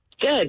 Good